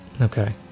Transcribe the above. Okay